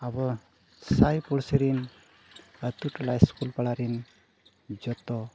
ᱟᱵᱚ ᱥᱟᱭ ᱯᱩᱲᱥᱤ ᱨᱮᱱ ᱟᱹᱛᱩ ᱴᱚᱞᱟ ᱥᱠᱩᱞ ᱯᱟᱲᱟᱨᱮᱱ ᱡᱚᱛᱚ